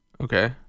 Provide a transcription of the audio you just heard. Okay